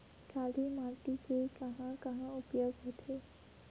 काली माटी के कहां कहा उपयोग होथे?